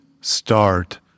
start